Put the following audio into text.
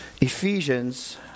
Ephesians